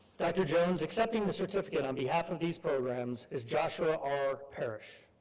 dr. jones accepting the certificate on behalf of these programs is joshua r. parrish.